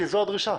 זו הדרישה.